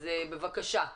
אז בבקשה.